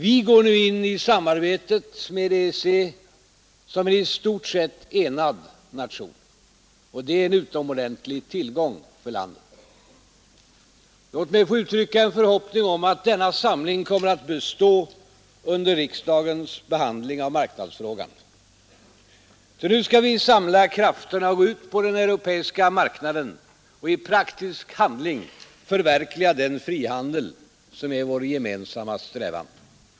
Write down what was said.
Vi går nu in i samarbetet med EEC som en i stort sett enad nation. Det är en utomordentlig tillgång för landet. Låt mig få uttrycka en förhoppning om att denna samling kommer att bestå under riksdagens behandling av marknadsfrågan. Ty nu skall vi samla krafterna och gå ut på den europeiska marknaden och i praktisk handling förverkliga den frihandel som är vår gemensamma strävan.